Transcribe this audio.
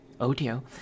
Audio